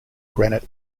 granite